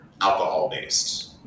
alcohol-based